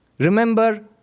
Remember